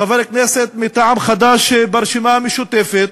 חבר הכנסת מטעם חד"ש ברשימה המשותפת,